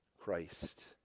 Christ